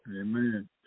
Amen